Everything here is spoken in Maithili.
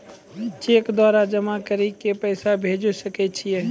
चैक द्वारा जमा करि के पैसा भेजै सकय छियै?